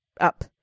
up